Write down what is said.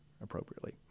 appropriately